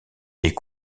est